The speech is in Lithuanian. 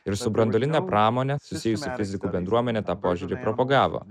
ir su branduoline pramone susijusi fizikų bendruomenė tą požiūrį propagavo